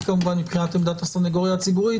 כמובן מבחינת עמדת הסניגוריה הציבורית